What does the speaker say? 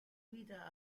vita